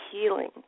healing